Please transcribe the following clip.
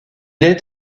est